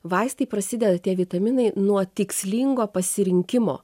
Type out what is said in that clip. vaistai prasideda tie vitaminai nuo tikslingo pasirinkimo